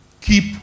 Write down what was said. Keep